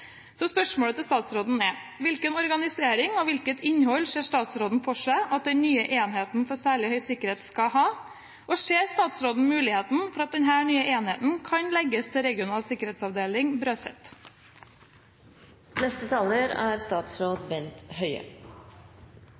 Så spørsmålet til statsråden er: Hvilken organisering og hvilket innhold ser statsråden for seg at den nye enheten for særlig høy sikkerhet skal ha? Og ser statsråden muligheten for at denne nye enheten kan legges til regional sikkerhetsavdeling